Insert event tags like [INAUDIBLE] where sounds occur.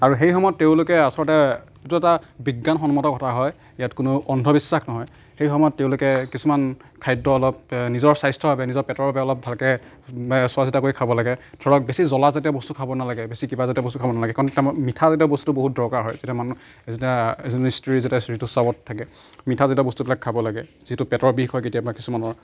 আৰু সেই সময়ত তেওঁলোকে আচলতে এইটো এটা বিজ্ঞানসন্মত কথা হয় ইয়াত কোনো অন্ধবিশ্বাস নহয় সেই সময়ত তেওঁলোকে কিছুমান খাদ্য অলপ নিজৰ স্বাস্থ্যৰ বাবে নিজৰ পেটৰ বাবে অলপ ভালকৈ চোৱা চিতা কৰি খাব লাগে ধৰক বেছি জ্বলা জাতীয় বস্তু খাব নালাগে বেছি কিবা জাতীয় বস্তু খাব নালাগে কাৰণ [UNINTELLIGIBLE] মিঠা জাতীয় বস্তু বহুত দৰকাৰ হয় যেতিয়া মানুহ যেতিয়া এজনী স্ত্ৰী যেতিয়া ঋতুস্ৰাৱত থাকে মিঠা জাতীয় বস্তুবিলাক খাব লাগে যিহেতু পেটৰ বিষ হয় কেতিয়াবা কিছুমানৰ